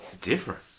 different